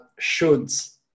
shoulds